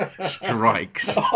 strikes